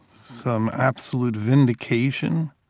some absolute vindication,